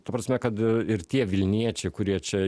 ta prasme kad ir tie vilniečiai kurie čia